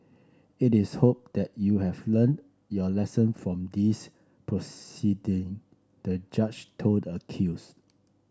it is hoped that you have learnt your lesson from these proceeding the judge told the accused